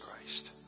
Christ